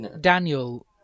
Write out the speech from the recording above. daniel